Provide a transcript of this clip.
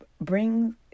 bring